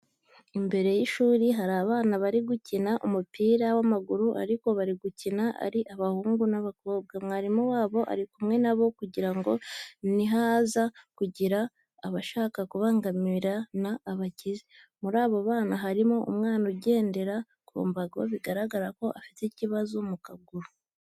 Imbere y'ishuri hari abana bari gukina umupira w'amaguru ariko bari gukina ari abahungu n'abakobwa. Mwarimu wabo ari kumwe na bo kugira ngo nihaza kugira abashaka kubangamirana abakize. Muri abo bana harimo umwana ugendera ku mbago bigaragara ko afite ikibazo mu kaguru.